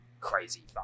crazy